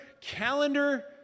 calendar